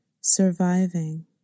surviving